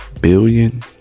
billion